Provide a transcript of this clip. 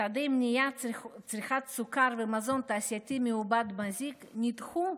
צעדי מניעת צריכת סוכר ומזון תעשייתי מעובד מזיק נדחו